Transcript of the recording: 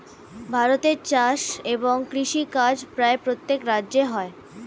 ভারতে চাষ এবং কৃষিকাজ প্রায় প্রত্যেক রাজ্যে হয়